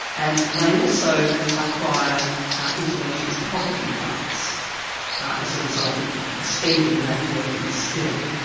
and they also acquire intellectual property rights as a result of expending that work and skill.